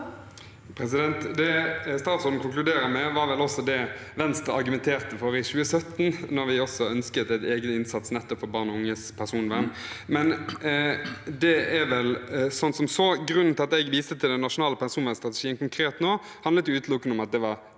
Det statsråden konkluderer med, var vel også det Venstre argumenterte for i 2017, da vi også ønsket en egen innsats nettopp for barn og unges personvern. Men det er vel så. Grunnen til at jeg viste til den nasjonale personvernstrategien konkret nå, er utelukkende at det var den det